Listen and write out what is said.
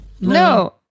No